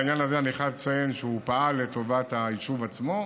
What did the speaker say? בעניין הזה אני חייב לציין שהוא פעל לטובת היישוב עצמו,